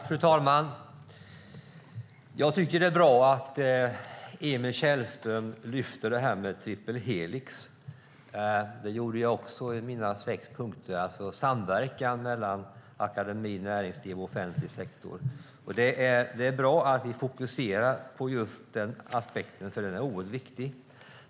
Fru talman! Det är bra att Emil Källström lyfter fram triple helix. Det gjorde jag också i mina sex punkter. Det handlar alltså om samverkan mellan akademi, näringsliv och offentlig sektor. Det är bra att vi fokuserar just på denna aspekt eftersom den är oerhört viktig.